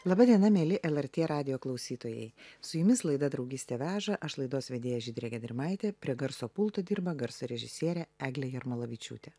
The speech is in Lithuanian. laba diena mieli lrt radijo klausytojai su jumis laida draugystė veža aš laidos vedėja žydrė gedrimaitė prie garso pulto dirba garso režisierė eglė jarmalavičiūtė